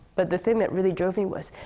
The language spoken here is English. but the thing that really drove me was,